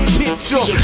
picture